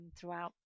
throughout